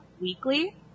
weekly